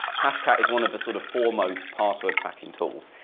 hashcat is one of the sort of foremost password cracking tools.